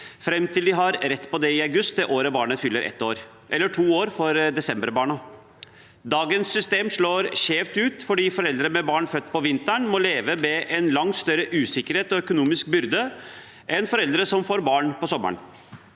fram til de har rett på det, i august det året barnet fyller ett år, eller to år for desemberbarna. Dagens system slår skjevt ut fordi foreldre med barn født på vinteren må leve med en langt større usikkerhet og økonomisk byrde enn foreldre som får barn på sommeren.